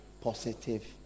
positive